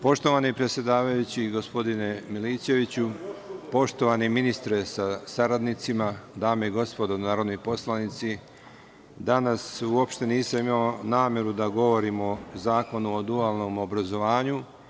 Poštovani predsedavajući, gospodine Milićeviću, poštovani ministre sa saradnicima, dame i gospodo narodni poslanici, danas uopšte nisam imao nameru da govorim o zakonu o dualnom obrazovanju.